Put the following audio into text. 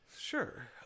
Sure